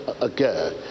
again